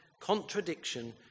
contradiction